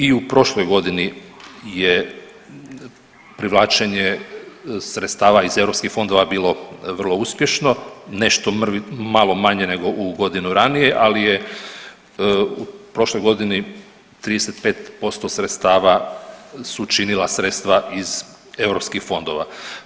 I u prošloj godini je privlačenje sredstava iz eu fondova bilo vrlo uspješno, nešto malo manje nego godinu ranije, ali je u prošloj godini 35% sredstava su činila sredstva iz eu fondova.